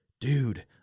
dude